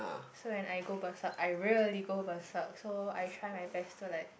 so when I go berserk I really go berserk so I try my best to like